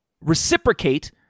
reciprocate